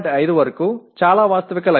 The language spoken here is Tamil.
5 வரை மிகவும் யதார்த்தமான இலக்கு